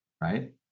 right